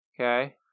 Okay